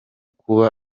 kuba